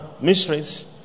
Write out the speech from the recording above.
Mysteries